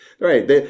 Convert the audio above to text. Right